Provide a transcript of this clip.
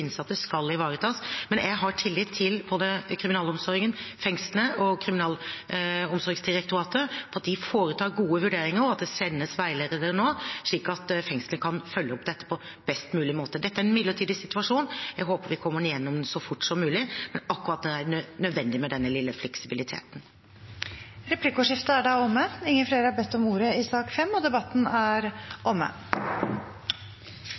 innsatte skal ivaretas, men jeg har tillit til både kriminalomsorgen, fengslene og Kriminalomsorgsdirektoratet, at de foretar gode vurderinger, og at det sendes veiledere nå, slik at fengslene kan følge opp dette på best mulig måte. Dette er en midlertidig situasjon. Jeg håper vi kommer gjennom den så fort som mulig, men akkurat nå er det nødvendig med denne lille fleksibiliteten. Replikkordskiftet er omme. Flere har ikke bedt om ordet til sak nr. 5. Etter ønske fra justiskomiteen vil presidenten ordne debatten